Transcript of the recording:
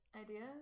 ideas